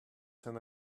ten